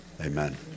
Amen